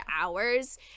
hours